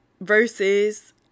versus